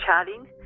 chatting